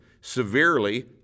severely